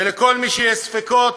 ולכל מי שיש ספקות,